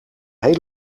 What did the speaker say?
heel